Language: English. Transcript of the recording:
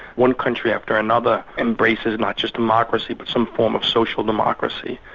one country after another embraces not just democracy but some form of social democracy.